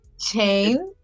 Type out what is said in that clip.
chain